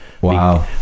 Wow